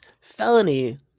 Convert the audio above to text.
felony